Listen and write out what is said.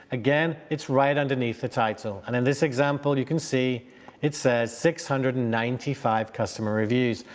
again, it's right underneath the title, and in this example you can see it says six hundred and ninety five customer reviews,